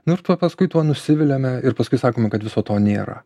nu ir paskui tuo nusiviliame ir paskui sakome kad viso to nėra